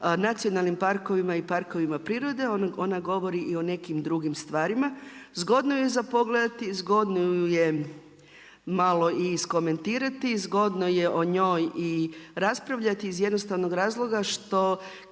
nacionalnim parkovima i parkovima prirode, ona govori i o nekim drugim stvarima. Zgodno ju je za pogledati, zgodno ju je malo i iskomentirati, zgodno je o njoj i raspravljati iz jednostavnog razloga što